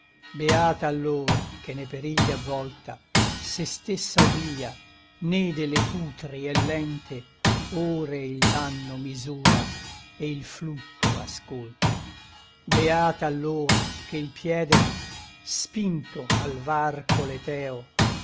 beata allor che ne perigli avvolta se stessa obblia né delle putri e lente ore il danno misura e il flutto ascolta beata allor che il piede spinto al varco leteo